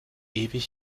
ewig